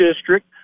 district